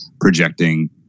projecting